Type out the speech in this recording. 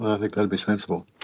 i think that would be sensible.